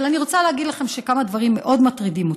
אבל אני רוצה להגיד לכם כמה דברים שמאוד מטרידים אותי,